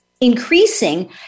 increasing